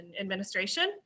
administration